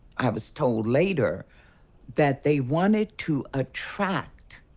i was told later that they wanted to attract.